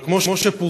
אבל כמו שפורסם,